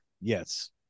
Yes